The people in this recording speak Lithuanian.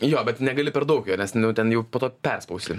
jo bet negali per daug jo nes ten jau po to perspausi